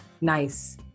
Nice